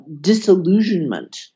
disillusionment